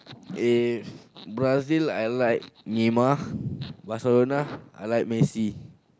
in Brazil I like Myanmar Barcelona I like Merciel